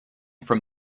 from